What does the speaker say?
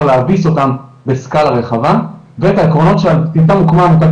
להביס אותם בסקלה רחבה ואת העקרונות שעל בסיסם הוקמה עמותת